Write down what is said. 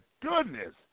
goodness